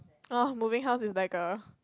orh moving house is like a